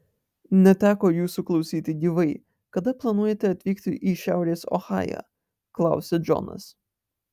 neteko jūsų klausyti gyvai kada planuojate atvykti į šiaurės ohają klausia džonas